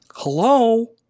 Hello